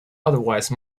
otherwise